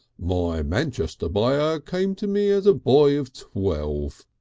my manchester buyer came to me as a boy of twelve.